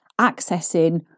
accessing